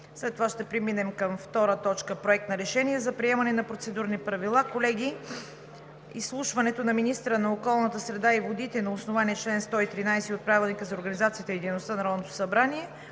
След това ще преминем към втора точка – Проект на решение за приемане на процедурни правила. Колеги, изслушването на министъра на околната среда и водите на основание чл. 113 от Правилника за